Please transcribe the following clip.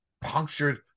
punctured